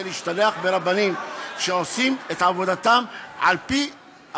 להשתלח ברבנים שעושים את עבודתם על-פי,